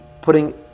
putting